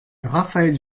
raphaël